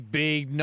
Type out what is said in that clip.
big